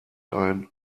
ein